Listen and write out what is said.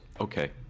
okay